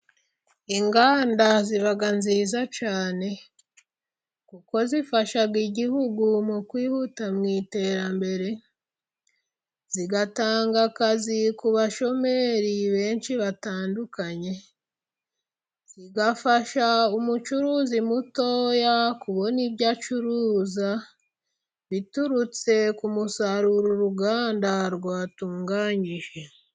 Inganda ziba nziza cyane. Kuko zifasha igihugu mu kwihuta mu iterambere, zigatanga akazi ku bashomeri benshi batandukanye, zigafasha umucuruzi mutoya kubona ibyo acuruza, biturutse ku musaruro uruganda rwatunganyije.